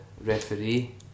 referee